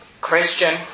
Christian